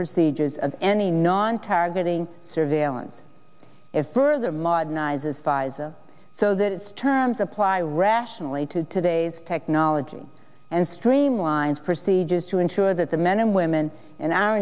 procedures of any non targeting surveillance it further modernizes pfizer so that its terms apply rationally to today's technology and streamlined procedures to ensure that the men and women in our